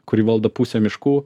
kuri valdo pusę miškų